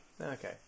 Okay